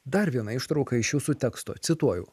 dar viena ištrauka iš jūsų teksto cituoju